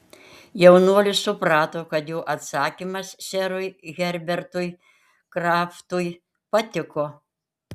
jaunuolis suprato kad jo atsakymas serui herbertui kraftui patiko